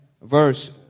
verse